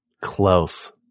Close